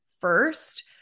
first